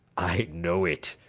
i know it,